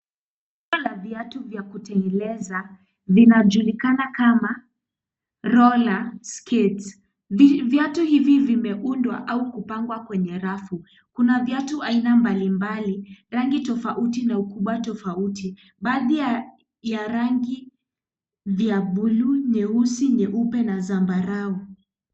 Kundi la viatu vya kutengeneza vinajulikana kama roller skates (cs) ,viatu hivi vimeundwa au kupangwa kwenye rafu, kuna viatu aina mbalimbali rangi tofauti na ukubwa tofauti, baadhi ya rangi vya bluu, nyeupe na zambarau.